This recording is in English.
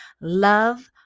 love